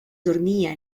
dormía